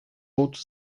outro